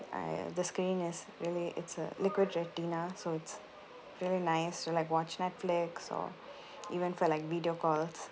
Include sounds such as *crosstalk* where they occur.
I uh the screen is really it's uh liquid retina so it's very nice to like watch netflix or *breath* even for like video calls